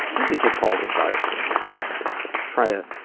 maybe you take paul's advice, and yeah try to